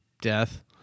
death